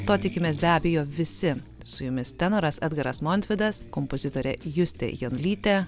to tikimės be abejo visi su jumis tenoras edgaras montvidas kompozitorė justė janulytė